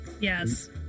Yes